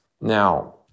Now